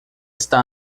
está